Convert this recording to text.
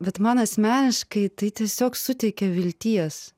bet man asmeniškai tai tiesiog suteikia vilties